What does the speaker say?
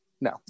No